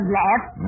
left